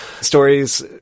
stories